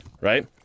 right